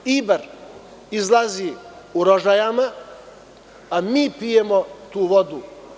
Ibar izlazi u Rožajama, a mi pijemo tu vodu.